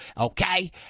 Okay